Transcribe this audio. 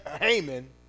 Haman